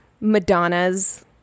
Madonna's